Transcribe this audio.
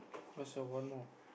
where's your one more